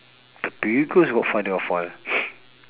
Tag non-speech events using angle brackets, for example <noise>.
the biggest godfather of all <breath>